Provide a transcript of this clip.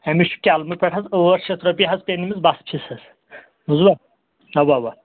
أمِس چھُ کیلمہٕ پیٚٹھ حظ ٲٹھ شَتھ رۄپیہِ حظ تمٔۍ نہٕ بخشس حظ زٕ اَوا اَوا